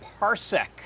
Parsec